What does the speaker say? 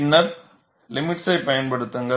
பின்னர் லிமிட்ஸை பயன்படுத்துங்கள்